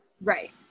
Right